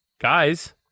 guys